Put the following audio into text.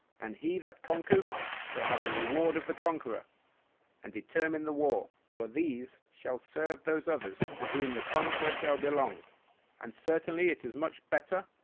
and he that conquers shall have the reward of the conqueror and determine the war for these shall serve those others to whom the conqueror shall belong and certainly it is much better,